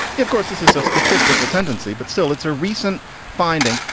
yeah of course, this is a statistical tendency, but still it's a recent finding.